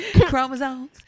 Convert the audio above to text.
chromosomes